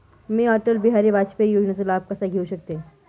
मी अटल बिहारी वाजपेयी योजनेचा लाभ कसा घेऊ शकते?